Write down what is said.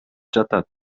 жатат